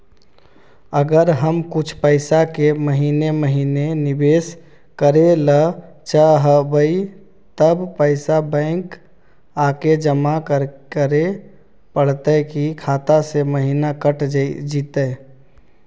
अगर हम कुछ पैसा के महिने महिने निबेस करे ल चाहबइ तब पैसा बैक आके जमा करे पड़तै कि खाता से महिना कट जितै?